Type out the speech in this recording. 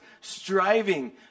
striving